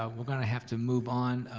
ah we're gonna have to move on.